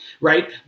right